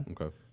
okay